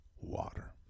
water